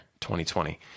2020